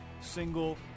single